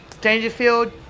Dangerfield